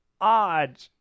odd